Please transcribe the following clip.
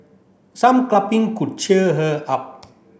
some could cheer her up